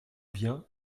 bien